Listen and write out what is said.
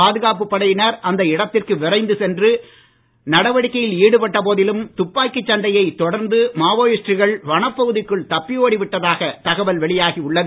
பாதுகாப்புப் படையினர் அந்த இடத்திற்கு விரைந்து சென்று நடவடிக்கையில் ஈடுபட்ட போதிலும் துப்பாக்கிச் சண்டையைத் தொடர்ந்து மாவோயிஸ்ட்டுகள் வனப் பகுதிக்குள் தப்பியோடி விட்டதாக தகவல் வெளியாகி உள்ளது